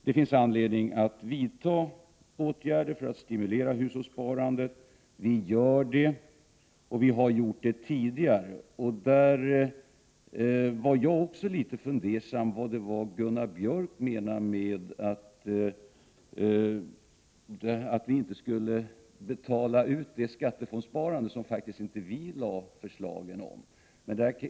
Det finns anledning att vidta åtgärder för att stimulera hushållssparandet. Vi gör det, och vi har gjort det tidigare. Också jag är litet fundersam över vad Gunnar Björk menar när han säger att vi inte skulle betala ut pengarna i skattefondssparandet— ett sparande som det faktiskt inte var vi som hade föreslagit.